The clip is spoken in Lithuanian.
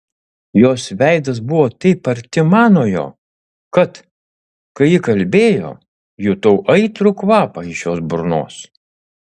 jos veidas buvo taip arti manojo kad kai ji kalbėjo jutau aitrų kvapą iš jos burnos